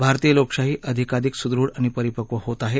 भारतीय लोकशाही अधिकाधिक सदृढ आणि परिपक्व होत आहे